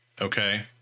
Okay